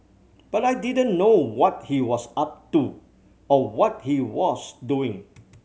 but I didn't know what he was up to or what he was doing